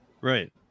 Right